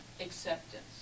Acceptance